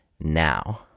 now